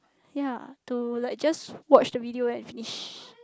ya to like just watch the video and finish